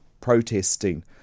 protesting